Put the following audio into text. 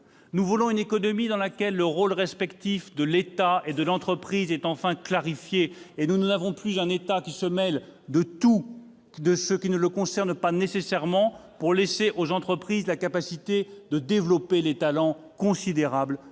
Nous voulons une économie dans laquelle les rôles respectifs de l'État et de l'entreprise sont enfin clarifiés. Nous ne voulons plus d'un État qui se mêle de tout, de ce qui ne le concerne pas nécessairement, pour laisser aux entreprises la capacité de développer les talents considérables